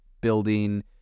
building